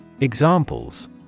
Examples